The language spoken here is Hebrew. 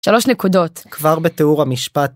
שלוש נקודות כבר בתיאור המשפט.